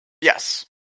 Yes